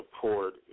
support